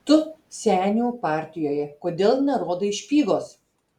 tu senių partijoje kodėl nerodai špygos